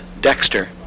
Dexter